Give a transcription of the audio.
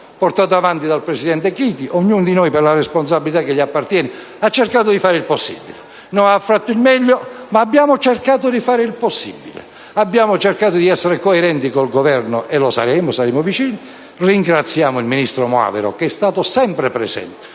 portato avanti dal presidente Chiti. Ognuno di noi per la responsabilità che gli appartiene ha cercato di fare il possibile; non avrà fatto il meglio, ma abbiamo cercato di fare il possibile, di essere coerenti con il Governo, e lo saremo. Gli saremo vicini. Ringraziamo il ministro Moavero che è stato sempre presente.